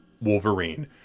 Wolverine